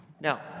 Now